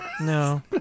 no